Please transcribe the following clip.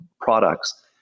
products